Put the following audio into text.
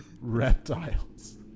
reptiles